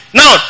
now